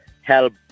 help